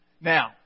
Now